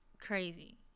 Crazy